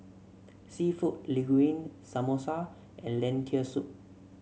seafood Linguine Samosa and Lentil Soup